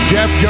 Jeff